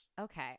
Okay